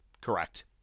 Correct